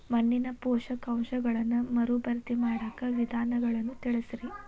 ಮಣ್ಣಿನ ಪೋಷಕಾಂಶಗಳನ್ನ ಮರುಭರ್ತಿ ಮಾಡಾಕ ವಿಧಾನಗಳನ್ನ ತಿಳಸ್ರಿ